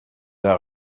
der